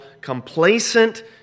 complacent